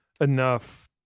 enough